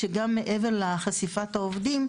שגם מעבר לחשיפה של העובדים,